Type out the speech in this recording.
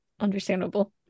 Understandable